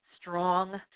strong